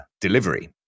delivery